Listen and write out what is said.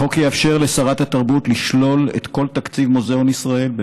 החוק יאפשר לשרת התרבות לשלול את כל תקציב מוזיאון ישראל אם